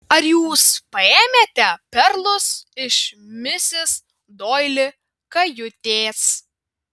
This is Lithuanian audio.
ar jūs paėmėte perlus iš misis doili kajutės